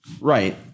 Right